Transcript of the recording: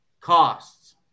costs